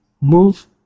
move